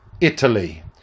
Italy